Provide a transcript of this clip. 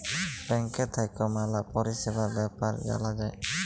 ব্যাংকের থাক্যে ম্যালা পরিষেবার বেপার জালা যায়